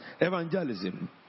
evangelism